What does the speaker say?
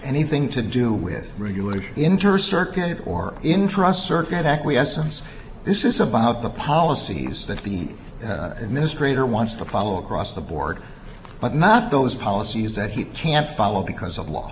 anything to do with regular interest circuit or intrust circuit acquiescence this is about the policies that beat administrator wants to follow across the board but not those policies that he can't follow because of law